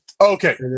Okay